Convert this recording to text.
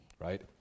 right